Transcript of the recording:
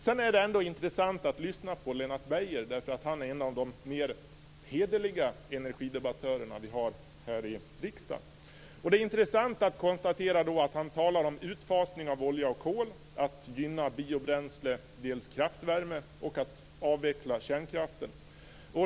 Det är ändå intressant att lyssna till Lennart Beijer, för han är en av de mer hederliga energidebattörer vi har här i riksdagen. Det är intressant att konstatera att han talar om utfasning av olja och kol, om att gynna dels biobränsle, dels kraftvärme och om att avveckla kärnkraften.